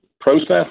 process